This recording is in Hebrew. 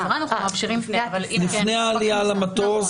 לפני העלייה למטוס,